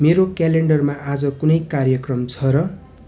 मेरो क्यालेन्डरमा आज कुनै कार्यक्रम छ र